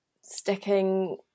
sticking